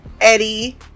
Eddie